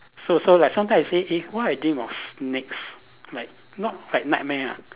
so so like sometimes I say eh why I dream of snakes like not like nightmare ah